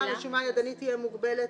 התחילה של זה עד שישה חודשים?